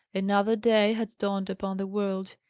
another day had dawned upon the world.